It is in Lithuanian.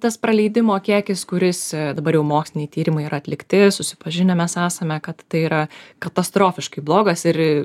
tas praleidimo kiekis kuris dabar jau moksliniai tyrimai yra atlikti susipažinę mes esame kad tai yra katastrofiškai blogas ir